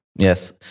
Yes